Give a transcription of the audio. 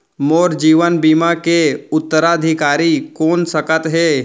मोर जीवन बीमा के उत्तराधिकारी कोन सकत हे?